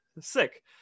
Sick